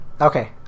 Okay